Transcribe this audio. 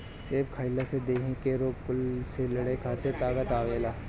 सेब खइला से देहि में रोग कुल से लड़े खातिर ताकत आवेला